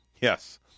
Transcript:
Yes